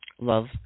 love